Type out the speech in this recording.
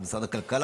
זה משרד הכלכלה,